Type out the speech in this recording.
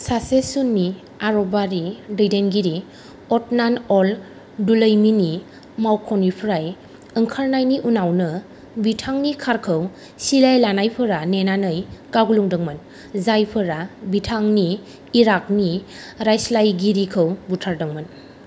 सासे सुन्नि आर'बारि दैदेनगिरि अदनान अल दुलैमीनि मावख'निफ्राय ओंखारनायनि उनावनो बिथांनि कारखौ सिलाय लानायफोरा नेनानै गावग्लुंदोंमोन जायफोरा बिथांनि इराकनि रायस्लायगिरिखौ बुथारदोंमोन